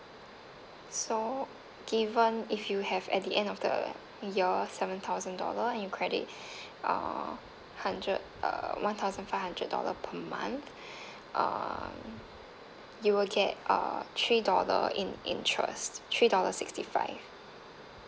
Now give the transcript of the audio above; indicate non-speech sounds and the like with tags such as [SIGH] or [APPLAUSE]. so given if you have at the end of the year seven thousand dollar in your credit [BREATH] uh hundred uh one thousand five hundred dollar per month [BREATH] um you will get uh three dollar in interest three dollars sixty five